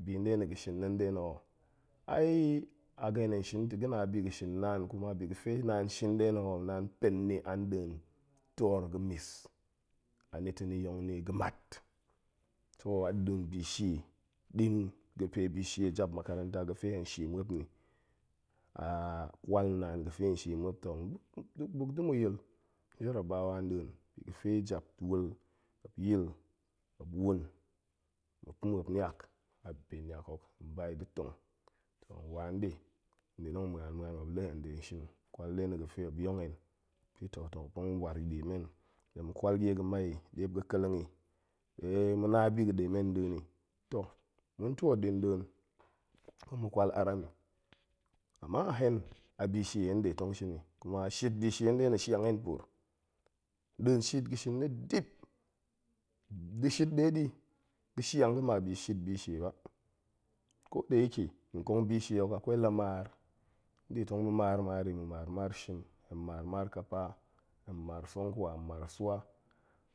Bi nɗe na̱ ga̱ shin na̱ nɗe na̱ ho, ai a gen hen hen shin ta̱ ga̱na̱ bi ga̱ shin naan kuma bi ga̱fe naan shin nɗe na̱ ho, naan pen ni a nɗin toor ga̱ mis, anita̱ ni yong ni ga̱mat, so a nɗin bishie ɗi ga̱pe bishie jap makaranta ga̱fe hen shie muop ni, a kwal naan ga̱fe hen shie muop ta̱, buk da̱ mu yil jarabawa nɗin ga̱fe jap wul yil, muop wun, muop pa̱ muop niak, a npe niak hok hen ba yi da̱ tong, hen wa nɗe, ɗin tong ma̱an ma̱an, muop la̱ hen nɗin shin kwal nɗe na̱ ga̱fe muop yong hen tong war ɗie men, tong mu kwal nie ga̱mai ɗe muop ga̱ ƙeleng i, ɗe ma̱ na bi ga̱ ɗe men nɗin i, toh, ma̱n twoot ɗi nɗin pa̱ mu kwal aram i, ama hen, a bi shie hen ɗe tong shin i, kuma shit dishie nɗe na̱ shiang hen puur, nɗin shit ga̱ shin na̱ dip nda̱ shit ɗe ɗi ga̱ shiang ga̱ma bi shit bishie ba, kodayike, nkong bishie hok akwai la maar, mu ɗe tong mu maar maar i, mu maar maar shim, hen maar maar ƙapa, hen maar sungkwa, hen maar swa,